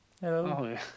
Hello